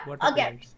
again